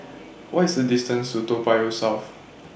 What IS The distance to Toa Payoh South